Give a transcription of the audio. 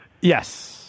Yes